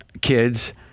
kids